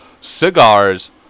cigars